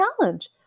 challenge